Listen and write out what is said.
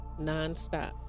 nonstop